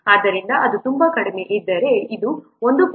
ಆದ್ದರಿಂದ ಅದು ತುಂಬಾ ಕಡಿಮೆ ಇದ್ದರೆ ಇದು 1